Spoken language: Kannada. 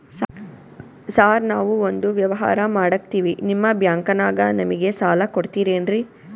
ಸಾರ್ ನಾವು ಒಂದು ವ್ಯವಹಾರ ಮಾಡಕ್ತಿವಿ ನಿಮ್ಮ ಬ್ಯಾಂಕನಾಗ ನಮಿಗೆ ಸಾಲ ಕೊಡ್ತಿರೇನ್ರಿ?